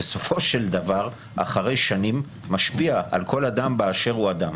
בסופו של דבר אחרי שנים משפיע על כל אדם באשר הוא אדם.